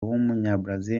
w’umunyabrazil